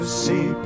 see